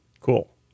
Cool